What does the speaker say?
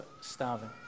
starving